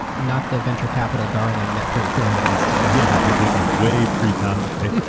not the venture capital darling that freight forwarding is today. yeah, this is way pre-convoy